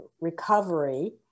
recovery